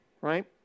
right